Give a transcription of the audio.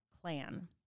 clan